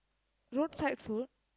road side food